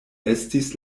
estis